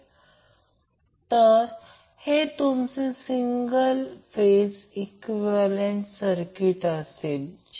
जेव्हा त्याच प्रकारे यामधून जाईल तेव्हा तेथे काही चांगली पुस्तके किंवा संदर्भ पुस्तके दिली जातात